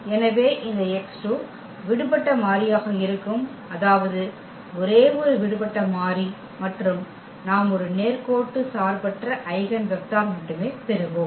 எனவே இந்த x 2 விடுபட்ட மாறியாக இருக்கும் அதாவது ஒரே ஒரு விடுபட்ட மாறி மற்றும் நாம் ஒரு நேர்கோட்டு சார்பற்ற ஐகென் வெக்டர் மட்டுமே பெறுவோம்